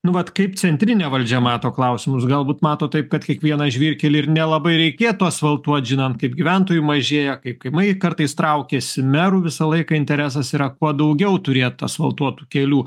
nu vat kaip centrinė valdžia mato klausimus galbūt mato taip kad kiekvieną žvyrkelį ir nelabai reikėtų asfaltuot žinant kaip gyventojų mažėja kaip kaimai kartais traukiasi merų visą laiką interesas yra kuo daugiau turėt asfaltuotų kelių